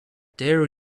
dare